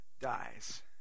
dies